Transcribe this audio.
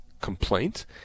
complaint